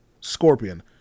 Scorpion